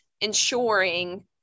ensuring